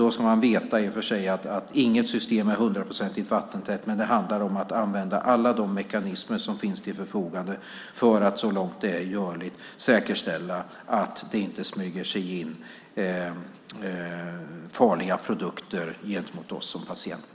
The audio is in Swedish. Då ska man i och för sig veta att inget system är hundraprocentigt vattentätt, men det handlar om att använda alla de mekanismer som finns till förfogande för att så långt det är görligt säkerställa att det inte smyger sig in produkter som är farliga för oss som patienter.